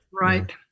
right